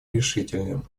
решительным